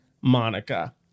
Monica